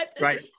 Right